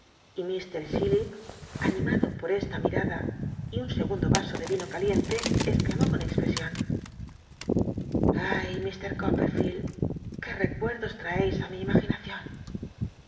y l r chillip animado por esta mi rada y un segundo vaso de vino caliente exclamó con expresion ay í'lr copperfielcl qué recuerdos traeis mi imaginacion